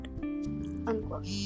Unquote